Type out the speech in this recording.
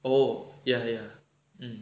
oh ya ya